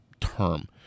term